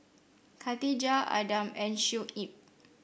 Khatijah Adam and Shuib